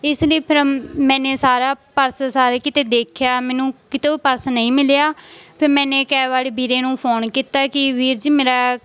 ਇਸ ਲਈ ਫਿਰ ਮੈਨੇ ਸਾਰਾ ਪਰਸ ਸਾਰੇ ਕਿਤੇ ਦੇਖਿਆ ਮੈਨੂੰ ਕਿਤੋਂ ਵੀ ਪਰਸ ਨਹੀਂ ਮਿਲਿਆ ਫੇਰ ਮੈਨੇ ਕੈਬ ਵਾਲੇ ਵੀਰੇ ਨੂੰ ਫੋਨ ਕੀਤਾ ਕਿ ਵੀਰ ਜੀ ਮੇਰਾ